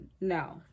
No